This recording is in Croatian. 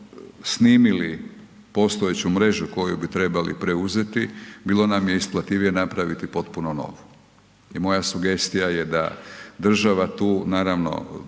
postojeću mrežu koju bi trebali preuzeti bilo nam je isplativije napraviti potpuno novu. I moja sugestija je da država tu, naravno